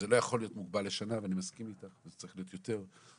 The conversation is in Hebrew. זה לא יכול להיות מוגבל לשנה ואני מסכים איתך שזה צריך להיות יותר זמן.